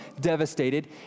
devastated